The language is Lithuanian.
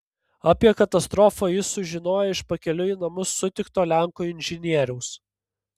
apie katastrofą jis sužinojo iš pakeliui į namus sutikto lenko inžinieriaus